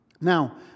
Now